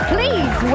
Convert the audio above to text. Please